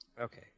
Okay